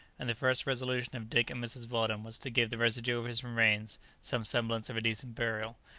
and the first resolution of dick and mrs. weldon was to give the residue of his remains some semblance of a decent burial.